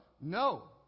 no